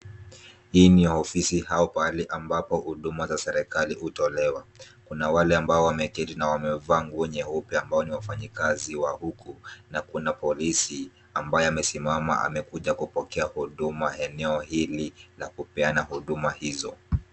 Hii ni ofisi au pahali ambapo huduma za serikali hutolewa. Kuna wale ambao wameketi na wamevaa nguo nyeupe ambao ni wafanyikazi wa huku na kuna polisi ambaye amesimama. Amekuja kupokea huduma eneo hili la kupeana huduma hizo.